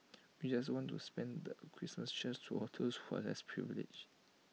we just want to spend the Christmas cheer to all those who are less privilege